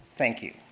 thank you,